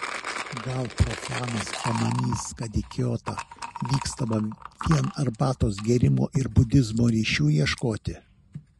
gal profanas pamanys kad į kiotą vykstama vien arbatos gėrimo ir budizmo ryšių ieškoti